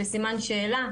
בסימון שאלה.